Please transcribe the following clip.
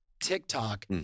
TikTok